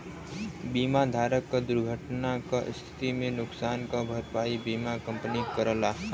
बीमा धारक क दुर्घटना क स्थिति में नुकसान क भरपाई बीमा कंपनी करला